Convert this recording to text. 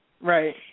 Right